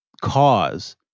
cause